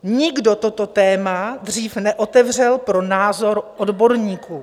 Nikdo toto téma dřív neotevřel pro názor odborníků.